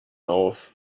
auf